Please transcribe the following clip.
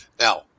Now